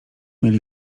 mieli